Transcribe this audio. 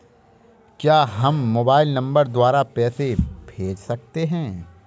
क्या हम mobile number द्वारा पैसे भेज सकते हैं?